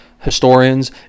historians